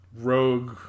rogue